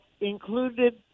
included